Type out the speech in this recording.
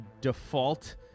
default